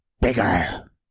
bigger